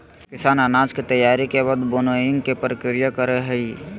किसान अनाज के तैयारी के बाद विनोइंग के प्रक्रिया करई हई